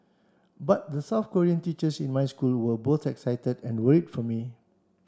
but the South Korean teachers in my school were both excited and worried for me